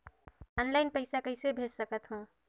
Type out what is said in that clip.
Online पइसा कइसे भेज सकत हो?